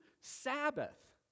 Sabbath